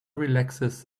relaxes